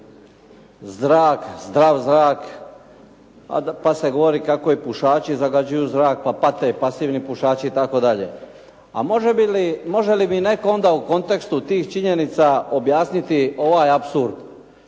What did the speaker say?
zdrav zrak, pa se govori kako pušači zagađuju zrak, pa pate pasivni pušači itd. A može li mi netko onda u kontekstu tih činjenica objasniti ovaj apsurd?